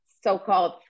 so-called